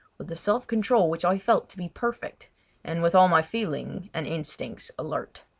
with a self-control which i felt to be perfect and with all my feeling and instincts alert.